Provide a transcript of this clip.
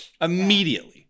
immediately